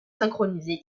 synchronisée